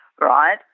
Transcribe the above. Right